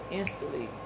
instantly